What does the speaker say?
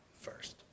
first